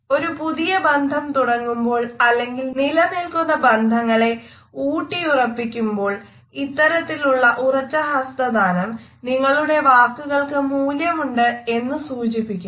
ഒരു പുതിയ ബന്ധം തുടങ്ങുമ്പോൾ അല്ലെങ്കിൽ നിലനിൽക്കുന്ന ബന്ധങ്ങളെ ഊട്ടി ഉറപ്പിക്കുമ്പോൾ ഇത്തരത്തിലുള്ള ഉറച്ച ഹസ്തദാനം നിങ്ങളുടെ വാക്കുകൾക്ക് മൂല്യമുണ്ട് എന്ന് സൂചിപ്പിക്കുന്നു